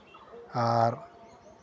ᱟᱨ